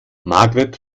margret